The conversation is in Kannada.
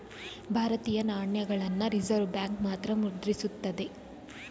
ಭಾರತೀಯ ನಾಣ್ಯಗಳನ್ನ ರಿಸರ್ವ್ ಬ್ಯಾಂಕ್ ಮಾತ್ರ ಮುದ್ರಿಸುತ್ತದೆ